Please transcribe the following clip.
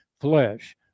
flesh